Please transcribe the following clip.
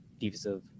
defensive